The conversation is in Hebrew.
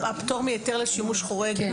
הפטור מהיתר לשימוש חורג,